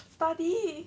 study